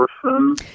person